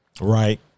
right